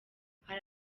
hari